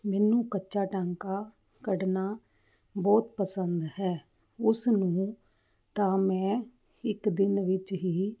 ਮੈਨੂੰ ਕੱਚਾ ਟਾਂਕਾ ਕੱਢਣਾ ਬਹੁਤ ਪਸੰਦ ਹੈ ਉਸਨੂੰ ਤਾਂ ਮੈਂ ਇੱਕ ਦਿਨ ਵਿੱਚ ਹੀ